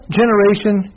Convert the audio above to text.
generation